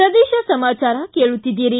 ಪ್ರದೇಶ ಸಮಾಚಾರ ಕೇಳುತ್ತಿದ್ದೀರಿ